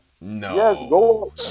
No